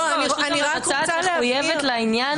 הרשות המבצעת מחויבת לעניין.